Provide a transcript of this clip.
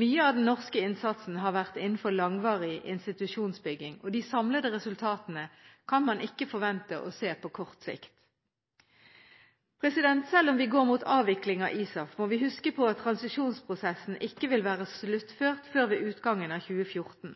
Mye av den norske innsatsen har vært innenfor langvarig institusjonsbygging, og de samlede resultatene kan man ikke forvente å se på kort sikt. Selv om vi går mot avvikling av ISAF, må vi huske på at transisjonsprosessen ikke vil være sluttført før ved utgangen av 2014.